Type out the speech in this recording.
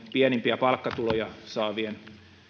pienimpiä palkkatuloja saavien